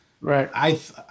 Right